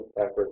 effort